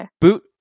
Boot